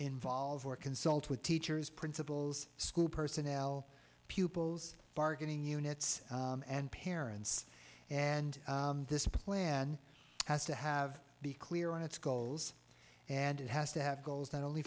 involve or consult with teachers principals school personnel pupils bargaining units and parents and this plan has to have be clear on its goals and it has to have goals not only